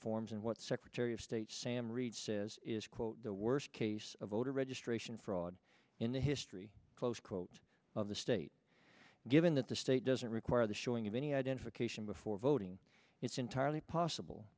forms and what secretary of state sam reed says is quote the worst case of voter registration fraud in the history close quote of the state given that the state doesn't require the showing of any identification before voting it's entirely possible